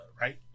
right